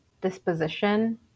disposition